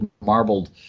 marbled